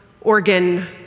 organ